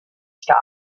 stop